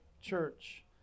church